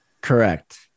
correct